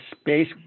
space